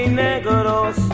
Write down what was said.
negros